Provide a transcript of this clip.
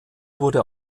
wurde